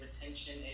retention